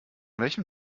welchem